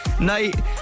night